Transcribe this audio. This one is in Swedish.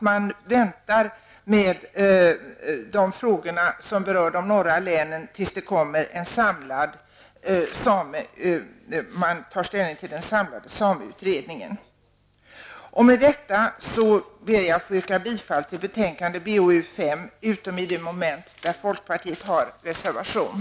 Man väntar med de frågor som berör de norra länen tills man kan ta ställning till den samlade sameutredningen. Med detta ber jag att få yrka bifall till utskottets hemställan i betänkande BoU5 utom i de moment där folkpartiet har reservationer.